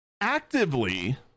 actively